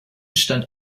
stand